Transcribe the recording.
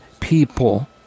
people